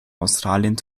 australien